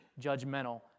judgmental